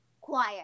choir